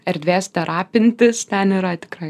erdvės terapintis ten yra tikrai